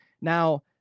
Now